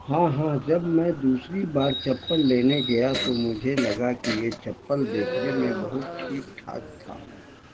ہاں ہاں جب میں دوسری بار چپل لینے گیا تو مجھے لگا کہ یہ چپل دیکھنے میں بہت ٹھیک ٹھاک تھا